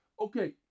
Okay